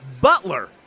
Butler